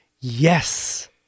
Yes